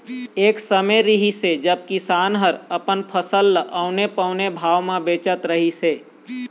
एक समे रिहिस हे जब किसान ह अपन फसल ल औने पौने भाव म बेचत रहिस हे